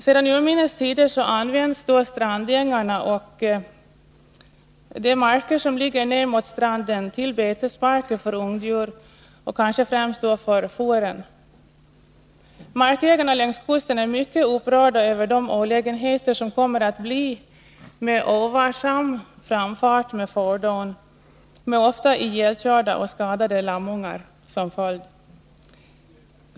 Sedan urminnes tider används strandängarna och de marker som ligger ner mot stranden till betesmarker för ungdjur och kanske främst för fåren. Markägarna längs kusten är mycket upprörda över de olägenheter som kommer att uppstå vid ovarsam framfart med fordon, ofta med ihjälkörda och skadade lammungar som följd.